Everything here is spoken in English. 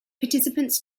participants